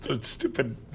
stupid